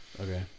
Okay